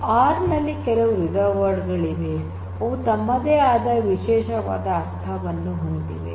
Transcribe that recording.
R ನಲ್ಲಿ ಕೆಲವು reserved word ಗಳಿವೆ ಅವು ತಮ್ಮದೇ ಆದ ವಿಶೇಷವಾದ ಅರ್ಥವನ್ನು ಹೊಂದಿವೆ